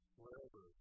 wherever